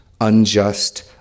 unjust